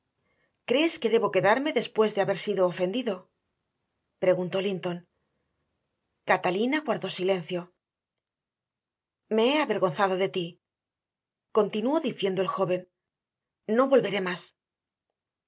crees que debo quedarme después de haber sido ofendido preguntó linton catalina guardó silencio me he avergonzado de ti continuó diciendo el joven no volveré más